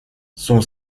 son